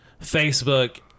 Facebook